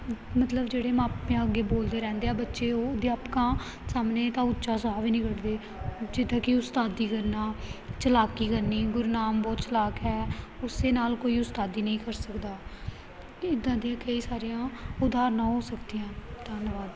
ਮਤਲਬ ਜਿਹੜੇ ਮਾਪਿਆਂ ਅੱਗੇ ਬੋਲਦੇ ਰਹਿੰਦੇ ਆ ਬੱਚੇ ਉਹ ਅਧਿਆਪਕਾਂ ਸਾਹਮਣੇ ਤਾਂ ਉੱਚਾ ਸਾਹ ਵੀ ਨਹੀਂ ਕੱਡਦੇ ਜਿੱਦਾਂ ਕਿ ਉਸਤਾਦੀ ਕਰਨਾ ਚਲਾਕੀ ਕਰਨੀ ਗੁਰਨਾਮ ਬਹੁਤ ਚਲਾਕ ਹੈ ਉਸਦੇ ਨਾਲ ਕੋਈ ਉਸਤਾਦੀ ਨਹੀਂ ਕਰ ਸਕਦਾ ਇੱਦਾਂ ਦੀਆਂ ਕਈ ਸਾਰੀਆਂ ਉਦਾਹਰਣਾਂ ਹੋ ਸਕਦੀਆਂ ਧੰਨਵਾਦ